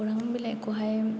खौरां बिलाइखौहाय